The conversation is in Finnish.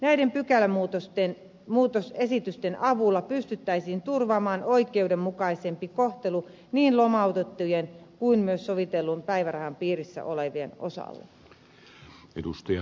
näiden pykälämuutosesitysten avulla pystyttäisiin turvaamaan oikeudenmukaisempi kohtelu niin lomautettujen kuin myös sovitellun päivärahan piirissä olevien osalta